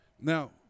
Now